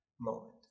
moment